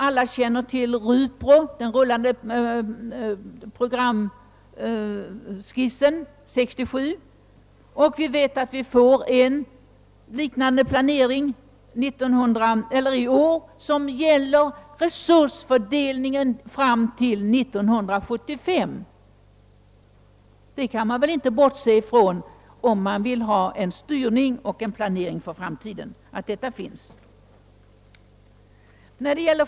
Alla känner till RUPRO, den rullande programskissen av år 1967, och vi vet att vi får en liknande planering i år, som gäller resursfördelningen fram till år 1975. Den kan man väl inte bortse från, när man vill ha en styrning och planering för framtiden.